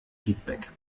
feedback